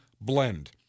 blend